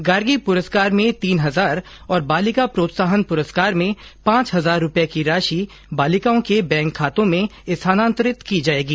गार्गी पुरस्कार में तीन हजार और बालिका प्रोत्साहन पुरस्कार में पांच हजार रूपये की राशि बालिकाओं के बैंक खातों में स्थानान्तरित की जायेगी